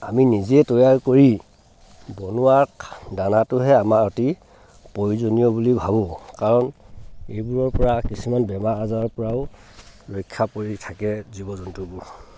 আমি নিজে তৈয়াৰ কৰি বনোৱা দানাটোহে আমাৰ অতি প্ৰয়োজনীয় বুলি ভাবোঁ কাৰণ এইবোৰৰ পৰা কিছুমান বেমাৰ আজাৰৰ পৰাও ৰক্ষা পৰি থাকে জীৱ জন্তুবোৰ